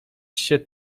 się